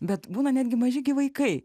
bet būna netgi maži gi vaikai